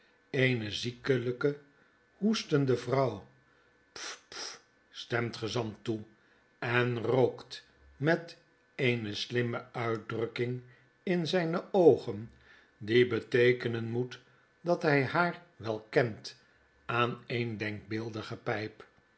eene ziekelyke hoestende vrouw pf pf stemt de gezant toe en rookt met eene slimme uitdrukking in zijne oogen die beteekenen moet dat hy haar wel kent aan een denkbeeldige pyp